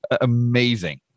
amazing